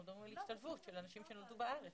אנחנו מדברים על השתלבות של אנשים שנולדו בארץ,